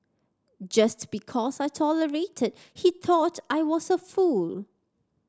just because I tolerated he thought I was a fool